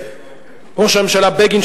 ראש הממשלה בגין,